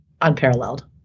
unparalleled